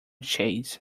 chase